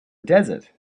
desert